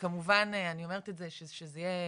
אני אומרת את זה כדי שזה יהיה